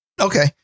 Okay